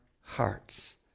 hearts